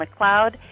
mccloud